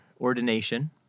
ordination